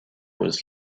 was